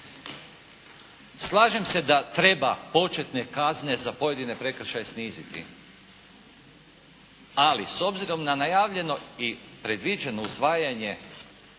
Slažem se da treba početne kazne za pojedine prekršaje sniziti, ali s obzirom na najavljeno i predviđeno usvajanje